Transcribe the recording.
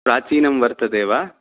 प्राचीनं वर्तते वा